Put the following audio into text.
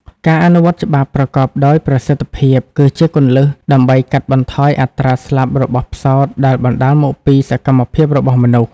ការអនុវត្តច្បាប់ប្រកបដោយប្រសិទ្ធភាពគឺជាគន្លឹះដើម្បីកាត់បន្ថយអត្រាស្លាប់របស់ផ្សោតដែលបណ្ដាលមកពីសកម្មភាពរបស់មនុស្ស។